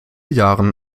jahren